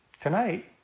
Tonight